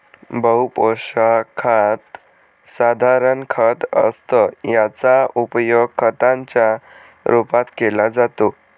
बहु पोशाखात साधारण खत असतं याचा उपयोग खताच्या रूपात केला जातो